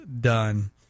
done